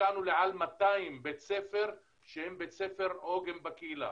הגענו למעל 200 בתי ספר שהם בית ספר עוגן בקהילה.